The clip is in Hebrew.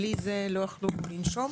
בלי זה הם לא יכלו לנשום.